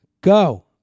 Go